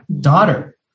daughter